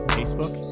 Facebook